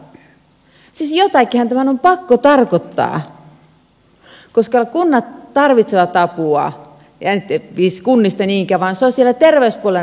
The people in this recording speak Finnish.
mutta siis jotakinhan tämän on pakko tarkoittaa koska kunnat tarvitsevat apua ja ei kunnista niinkään vaan sosiaali ja terveyspuolen asiat tarvitsevat apua